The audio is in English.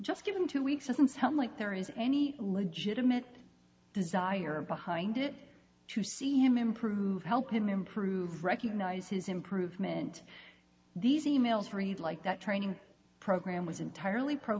just given two weeks doesn't sound like there is any legitimate desire behind it to see him improve help him improve recognize his improvement these e mails read like that training program was entirely pro